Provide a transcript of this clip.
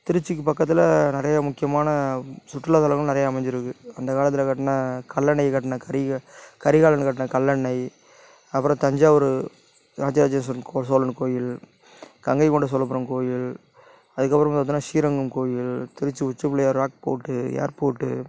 திருச்சிக்கு பக்கத்தில் நிறைய முக்கியமான சுற்றுலாத்தளங்களும் நிறைய அமைஞ்சிருக்கு அந்த காலத்தில் கட்டின கல்லணை கட்டின கரிகாலன் கட்டின கல்லணை அப்புறம் தஞ்சாவூர் ராஜராஜ சோழன் சோழன் கோவில் கங்கை கொண்ட சோழபுரம் கோவில் அதுக்கப்பறம் பார்த்தோம்னா ஸ்ரீரங்கம் கோவில் திருச்சி உச்சிப்பிள்ளையார் ராக்போர்ட்டு ஏர்போட்டு